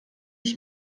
ich